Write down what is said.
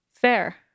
Fair